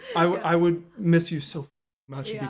i would miss you so much yeah